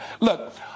Look